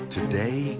Today